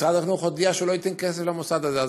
משרד החינוך הודיע שהוא לא ייתן כסף למוסד הזה.